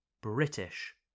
British